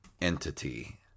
entity